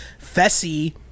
Fessy